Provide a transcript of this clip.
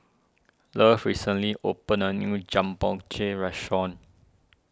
Love recently opened a new restaurant